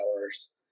hours